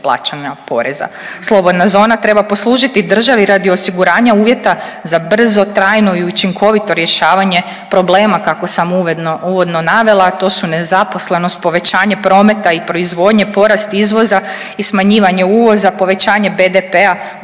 plaćanja poreza. Slobodna zona treba poslužiti državi radi osiguranja uvjeta za brzo, trajno i učinkovito rješavanje problema kako sam uvodno navela, a to su nezaposlenost, povećanje prometa i proizvodnje, porast izvoza i smanjivanje uvoza, povećanje BDP-a,